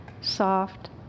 soft